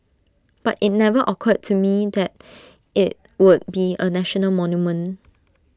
but IT never occurred to me that IT would be A national monument